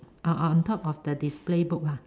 on on on top of the display book lah